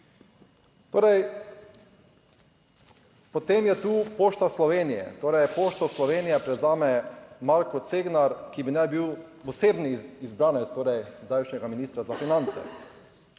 premier. Potem je tu Pošta Slovenije, torej Pošto Slovenije prevzame Marko Cegnar, ki bi naj bil osebni izbranec, torej zdajšnjega ministra za finance,